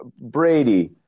Brady